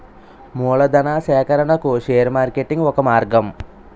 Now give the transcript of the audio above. మూలధనా సేకరణకు share marketing ఒక మార్గం